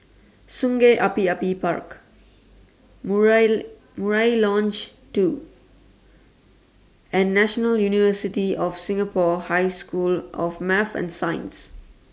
Sungei Api Api Park Murai Murai Lodge two and National University of Singapore High School of Math and Science